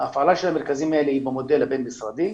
ההפעלה של המרכזים האלה היא במודל הבין-משרדי.